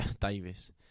Davis